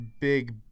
big